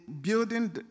building